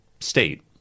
state